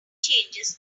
changes